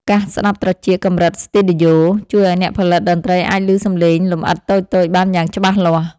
កាសស្តាប់ត្រចៀកកម្រិតស្ទីឌីយ៉ូ ជួយឱ្យអ្នកផលិតតន្ត្រីអាចឮសំឡេងលម្អិតតូចៗបានយ៉ាងច្បាស់លាស់។